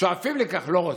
שואפים לכך, לא רוצים.